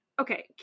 okay